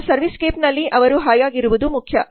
ನಮ್ಮ servicescape ನಲ್ಲಿ ಅವರು ಹಾಯಾಗಿರುವುದು ಮುಖ್ಯ